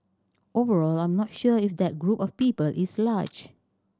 overall I'm not sure if that group of people is large